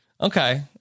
okay